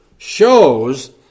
shows